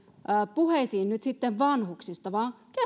puheisiin nyt sitten vanhuksista vaan kertokaa